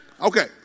Okay